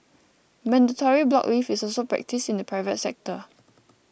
mandatory block leave is also practised in the private sector